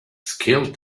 scaled